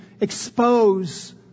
expose